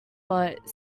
but